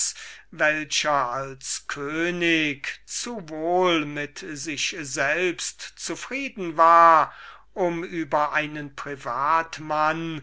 welcher als könig zu wohl mit sich selbst zufrieden war um über einen privat mann